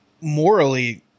morally